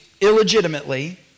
illegitimately